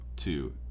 two